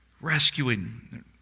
rescuing